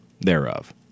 thereof